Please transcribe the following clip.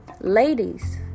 Ladies